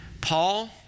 Paul